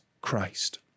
Christ